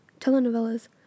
Telenovelas